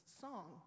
song